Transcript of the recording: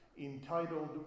entitled